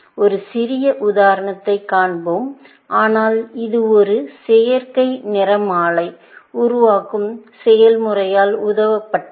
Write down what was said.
ஒரு சிறிய உதாரணத்தைக் காண்போம் ஆனால் இது ஒரு செயற்கை நிறமாலை உருவாக்கும் செயல்முறையால் உதவ பட்டது